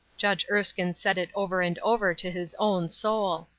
judge erskine said it over and over to his own soul.